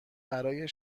برای